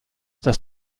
dass